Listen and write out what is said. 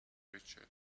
richard